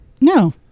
No